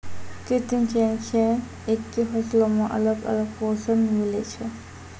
कृत्रिम चयन से एक्के फसलो मे अलग अलग पोषण मिलै छै